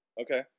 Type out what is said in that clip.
Okay